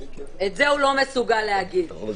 את זה הוא לא מסוגל להגיד.